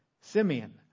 Simeon